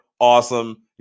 awesome